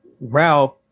Ralph